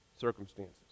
circumstances